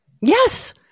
Yes